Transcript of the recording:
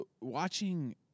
Watching